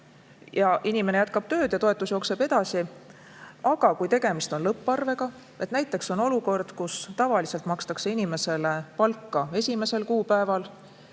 inimene jätkab tööd ja toetus jookseb edasi. Aga kui tegemist on lõpparvega, näiteks on olukord, kus tavaliselt makstakse inimesele palka 1. kuupäeval,